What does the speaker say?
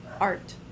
art